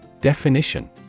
Definition –